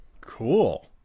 Cool